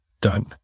Done